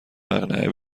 مقنعه